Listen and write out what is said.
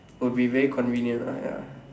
will be very convenient ah ya